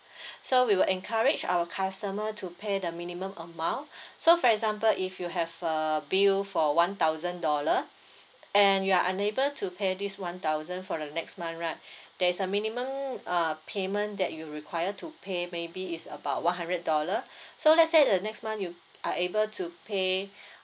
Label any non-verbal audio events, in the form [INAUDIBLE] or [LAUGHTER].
[BREATH] so we will encourage our customer to pay the minimum amount so for example if you have a bill for one thousand dollar and you are unable to pay this one thousand for the next month right there is a minimum uh payment that you require to pay maybe is about one hundred dollar so let's say the next month you are able to pay